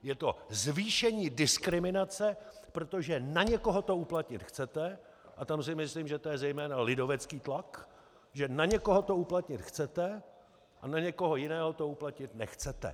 Je to zvýšení diskriminace, protože na někoho to uplatnit chcete, a tam si myslím, že to je zejména lidovecký tlak, že na někoho to uplatnit chcete a na někoho jiného to uplatnit nechcete.